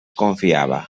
confiava